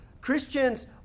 Christians